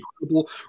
incredible